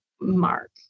mark